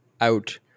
out